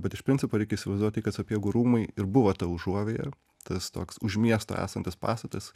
bet iš principo reikia įsivaizduoti kad sapiegų rūmai ir buvo ta užuovėja tas toks už miesto esantis pastatas